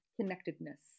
connectedness